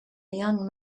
young